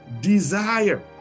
desire